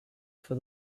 for